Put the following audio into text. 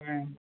হ্যাঁ